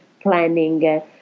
planning